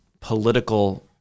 political